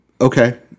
Okay